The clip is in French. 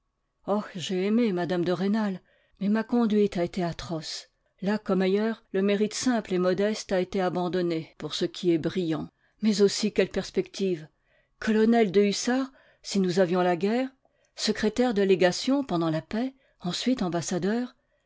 ah j'ai aimé mme de rênal mais ma conduite a été atroce là comme ailleurs le mérite simple et modeste a été abandonné pour ce qui est brillant mais aussi quelle perspective colonel de hussards si nous avions la guerre secrétaire de légation pendant la paix ensuite ambassadeur